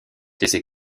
laissée